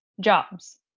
jobs